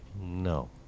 No